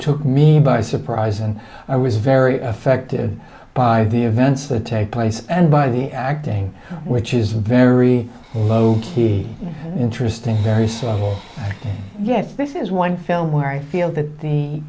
took me by surprise and i was very affected by the events that take place and by the acting which is very low key interesting very subtle yet this is one film where i feel that the